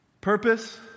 Purpose